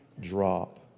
drop